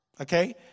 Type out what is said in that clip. Okay